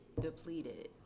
depleted